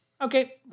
Okay